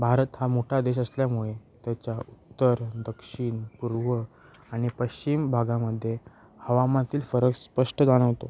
भारत हा मोठा देश असल्यामुळे त्याच्या उत्तर दक्षिण पूर्व आणि पश्चिम भागामध्ये हवामानातील फरक स्पष्ट जाणवतो